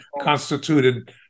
constituted